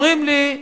אומרים לי: